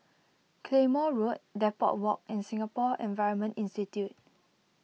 Claymore Road Depot Walk and Singapore Environment Institute